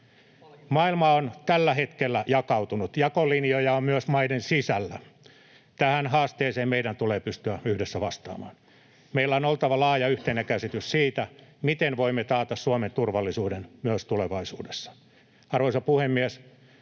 Maailma on tällä hetkellä jakautunut. Jakolinjoja on myös maiden sisällä. Tähän haasteeseen meidän tulee pystyä vastaamaan. Meillä on oltava laaja yhteinen käsitys siitä, miten voimme taata Suomen turvallisuuden myös tulevaisuudessa. Arvoisa puhemies!